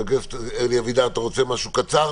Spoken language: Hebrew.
חבר הכנסת אלי אבידר, אתה רוצה להגיד משהו קצר?